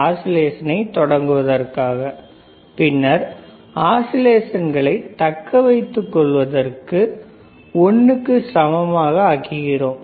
oscillation தொடங்குவதற்காக பின்னர் ஆஸிலேசங்களை தக்கவைக்க 1க்கு சமமாக ஆக்குகிறோம்